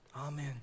Amen